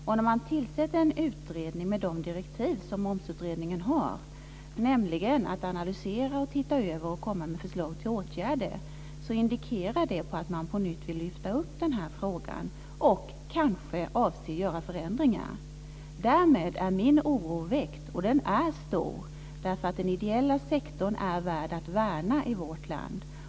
Och när man tillsätter en utredning med de direktiv som Momsutredningen har, nämligen att analysera, se över och komma med förslag till åtgärder, indikerar det att man på nytt vill lyfta fram denna fråga och kanske avser att göra förändringar. Därmed är min oro väckt. Och min oro är stor, därför att den ideella sektorn är värd att värna i vårt land.